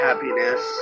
Happiness